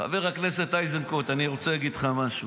חבר הכנסת איזנקוט, אני רוצה להגיד לך משהו: